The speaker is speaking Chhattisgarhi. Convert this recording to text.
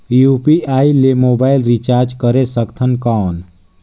यू.पी.आई ले मोबाइल रिचार्ज करे सकथन कौन?